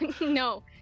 no